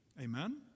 Amen